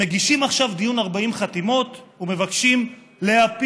מגישים עכשיו דיון 40 חתימות ומבקשים להפיל